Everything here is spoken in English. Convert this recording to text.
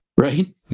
right